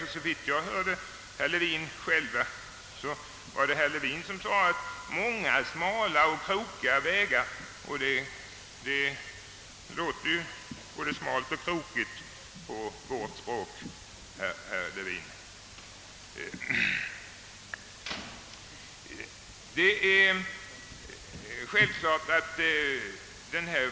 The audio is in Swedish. Herr Levin talade själv om många smala och krokiga vägar.